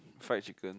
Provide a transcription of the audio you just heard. fried chicken